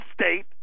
state